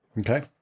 Okay